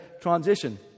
transition